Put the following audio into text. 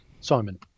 Simon